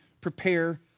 prepare